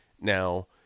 now